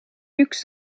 üks